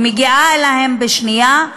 היא מגיעה אליהם בשנייה.